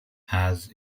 has